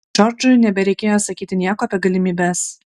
džordžui nebereikėjo sakyti nieko apie galimybes